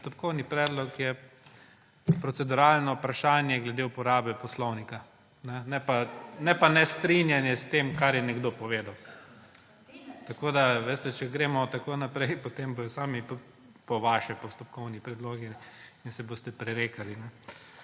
Postopkovni predlog je proceduralno vprašanje glede uporabe poslovnika, ne pa nestrinjanje s tem, kar je nekdo povedal. Če gremo tako naprej, potem bodo sami, po vaše, postopkovni predlogi in se boste prerekali.